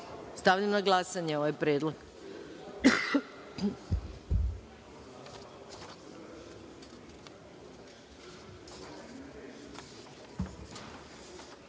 Stavljam na glasanje ovaj predlog. Molim